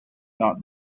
not